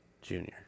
junior